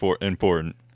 important